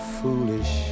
foolish